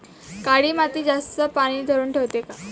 काळी माती जास्त पानी धरुन ठेवते का?